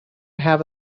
have